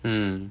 um